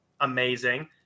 Amazing